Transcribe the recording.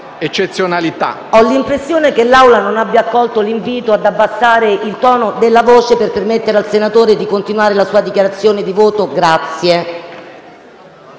PRESIDENTE. Ho l'impressione che l'Assemblea non abbia colto l'invito ad abbassare il tono della voce per permettere al senatore di continuare la sua dichiarazione di voto. Grazie!